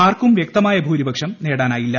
ആർക്കും വ്യക്തമായ ഭൂരിപക്ഷം നേടാനായില്ല